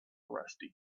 rusty